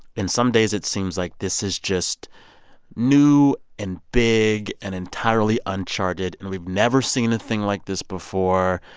and some days it seems like this is just new and big and entirely uncharted. and we've never seen a thing like this before,